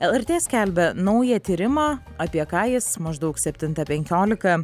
el er tė skelbia naują tyrimą apie ką jis maždaug septintą penkiolika